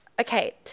Okay